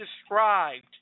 described